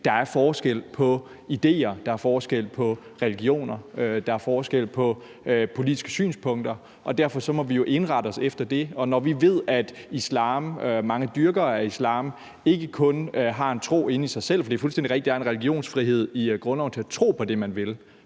der er forskel på idéer, der er forskel på religioner, der er forskel på politiske synspunkter. Og derfor må vi jo indrette os efter det, når vi ved, at mange dyrkere af islam ikke kun har en tro inde i sig selv. For det er fuldstændig rigtigt, at der er en religionsfrihed i grundloven til at tro på det, man vil,